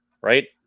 right